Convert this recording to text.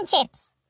chips